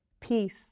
peace